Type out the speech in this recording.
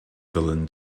villain